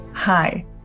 Hi